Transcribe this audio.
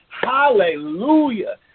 Hallelujah